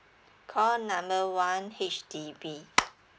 call number one H_D_B